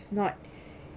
not